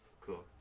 Cool